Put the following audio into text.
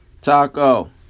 Taco